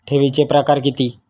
ठेवीचे प्रकार किती?